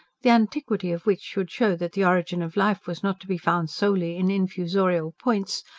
the antiquity of which should show that the origin of life was not to be found solely in infusorial points,